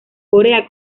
corea